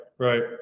Right